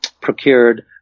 procured